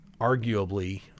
arguably